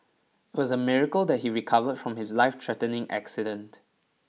it was a miracle that he recovered from his lifethreatening accident